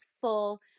full